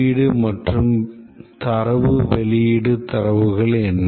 உள்ளீடு மற்றும் தரவு வெளியீடு தரவுகள் என்ன